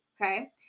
okay